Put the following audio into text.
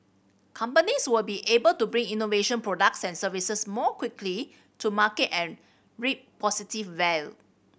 companies will be able to bring innovative products and services more quickly to market and reap positive well